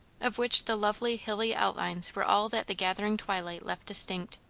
of which the lovely hilly outlines were all that the gathering twilight left distinct.